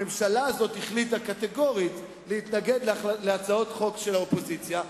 הממשלה הזאת החליטה קטגורית להתנגד להצעות חוק של האופוזיציה,